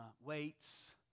weights